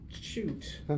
shoot